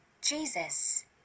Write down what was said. Jesus